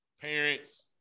parents